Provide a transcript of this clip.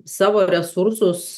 savo resursus